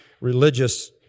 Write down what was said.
religious